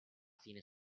fine